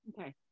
Okay